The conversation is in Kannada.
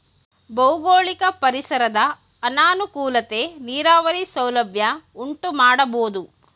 ಭೌಗೋಳಿಕ ಪರಿಸರದ ಅನಾನುಕೂಲತೆ ನೀರಾವರಿ ಸೌಲಭ್ಯ ಉಂಟುಮಾಡಬೋದು